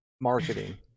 marketing